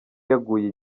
yaguye